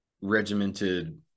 regimented